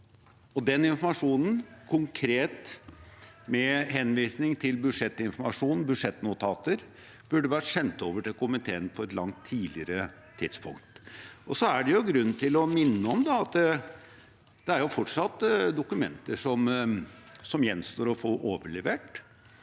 Den informasjonen – konkret, med henvisning til budsjettinformasjon og budsjettnotater – burde vært sendt over til komiteen på et langt tidligere tidspunkt. Det er grunn til å minne om at det fortsatt er dokumenter som gjenstår å få overlevert,